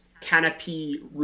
canopy